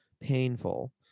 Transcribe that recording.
painful